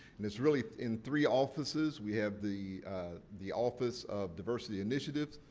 and, it's really in three offices. we have the the office of diversity initiatives,